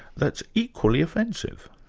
that's equally offensive.